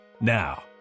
Now